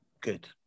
Good